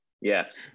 Yes